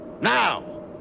Now